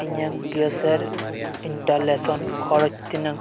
ᱤᱧᱟᱹᱜ ᱜᱮᱥᱮᱨ ᱤᱥᱴᱞᱮᱥᱚᱱ ᱠᱷᱚᱨᱚᱪ ᱛᱤᱱᱟᱹᱜ